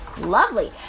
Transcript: lovely